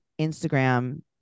Instagram